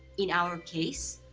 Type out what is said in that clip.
in our case,